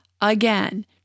again